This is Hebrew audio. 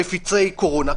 מפיצי קורונה.